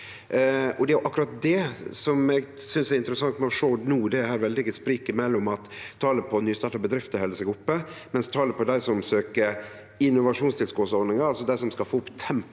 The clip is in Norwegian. Det er akkurat det eg synest er interessant å sjå no, det veldige spriket mellom at talet på nystarta bedrifter held seg oppe, mens talet på dei som søkjer i innovasjonstilskotsordninga, altså dei som skal få opp tempoet